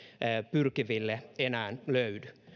pyrkiville enää löydy